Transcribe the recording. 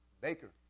Baker